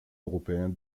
européen